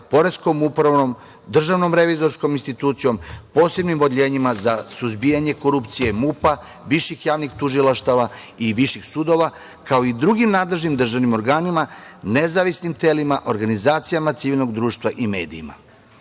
Poreskom upravom, Državnom revizorskom institucijom, posebnim odeljenjima za suzbijanje korupcije MUP-a, viših javnih tužilaštava i viših sudova, kao i drugim nadležnim državnim organima, nezavisnim telima, organizacijama civilnog društva i medijima.U